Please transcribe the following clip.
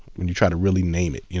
when you try to really name it, you